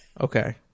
Okay